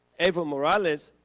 eva morales,